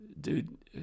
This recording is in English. Dude